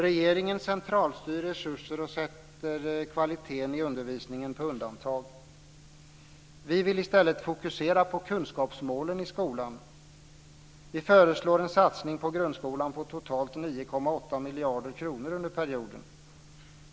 Regeringen centralstyr resurser och sätter kvaliteten i undervisningen på undantag. Vi vill i stället fokusera kunskapsmålen i skolan. Vi föreslår en satsning på grundskolan på totalt 9,8 miljarder kronor under perioden.